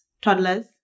toddlers